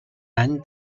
any